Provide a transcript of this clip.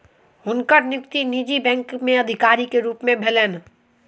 हुनकर नियुक्ति निजी बैंक में अधिकारी के रूप में भेलैन